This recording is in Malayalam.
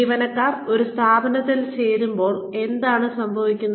ജീവനക്കാർ ഒരു സ്ഥാപനത്തിൽ ചേരുമ്പോൾ എന്താണ് സംഭവിക്കുന്നത്